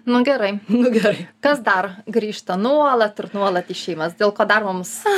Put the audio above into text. nu gerai kas dar grįžta nuolat ir nuolat į šeimas dėl ko dar mums